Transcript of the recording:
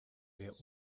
wer